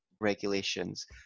regulations